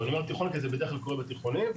זה בדרך-כלל קורה בתיכונים,